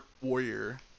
Warrior